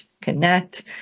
connect